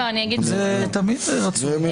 זה תמיד רצוי.